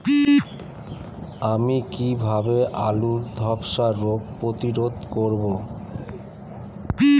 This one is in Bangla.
আমি কিভাবে আলুর ধ্বসা রোগ প্রতিরোধ করব?